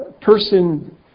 person